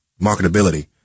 marketability